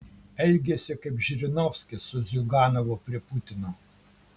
elgiasi kaip žirinovskis su ziuganovu prie putino